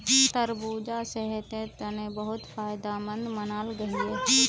तरबूजा सेहटेर तने बहुत फायदमंद मानाल गहिये